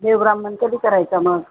देवब्राह्मण कधी करायचां मग